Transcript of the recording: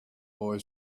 boy